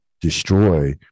destroy